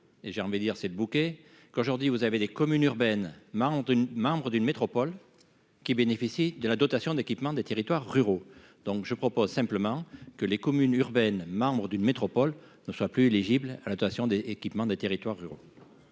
et j'ai envie dire c'est le bouquet, quand je leur dis vous avez des communes urbaines marrante une membre d'une métropole qui bénéficie de la dotation d'équipement des territoires ruraux, donc je propose simplement que les communes urbaines marbre d'une métropole ne soit plus l'Égypte à l'attention des équipements des territoires ruraux.